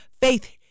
faith